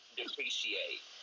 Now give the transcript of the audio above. depreciate